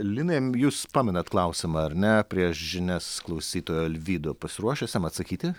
linai jūs pamenat klausimą ar ne prieš žinias klausytojo alvydo pasiruošęs jam atsakyti